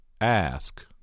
Ask